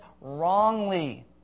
wrongly